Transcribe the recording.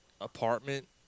apartment